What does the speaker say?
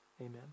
amen